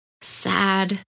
sad